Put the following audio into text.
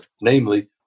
Namely